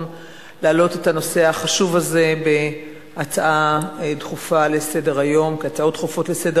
להעלות את הנושא החשוב הזה בהצעות דחופות לסדר-היום.